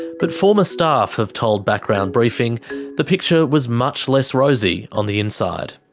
but former staff have told background briefing the picture was much less rosy on the inside.